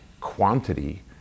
quantity